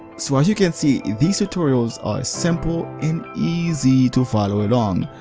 so as you can see, these tutorials are simple and easy to follow along.